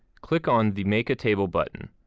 click on the make a table button.